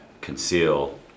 conceal